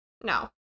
No